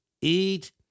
eat